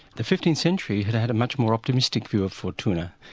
the fifteenth century had had a much more optimistic view of fortuna.